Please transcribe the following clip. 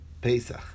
Pesach